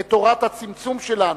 את תורת הצמצום שלנו,